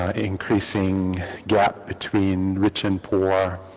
um increasing gap between rich and poor.